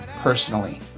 personally